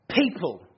people